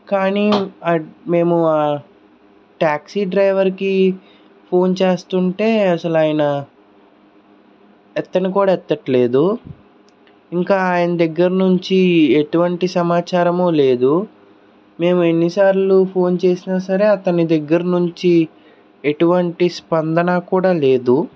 కానీ మేము ట్యాక్సీ డ్రైవర్కి ఫోన్ చేస్తుంటే అసలు ఆయన ఎత్తను కూడా ఎత్తట్లేదు ఇంకా ఆయన దగ్గర నుంచి ఎటువంటి సమాచారము లేదు మేము ఎన్నిసార్లు ఫోన్ చేసినా సరే అతని దగ్గర నుంచి ఎటువంటి స్పందన కూడా లేదు